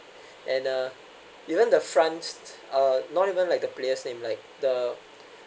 and the even the front uh not even like the player's name like the